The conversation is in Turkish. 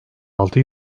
altı